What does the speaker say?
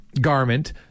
Garment